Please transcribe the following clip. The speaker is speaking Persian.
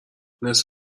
نصف